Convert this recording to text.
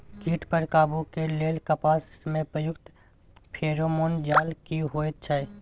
कीट पर काबू के लेल कपास में प्रयुक्त फेरोमोन जाल की होयत छै?